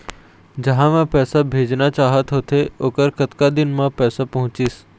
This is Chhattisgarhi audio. जहां मैं पैसा भेजना चाहत होथे ओहर कतका दिन मा पैसा पहुंचिस?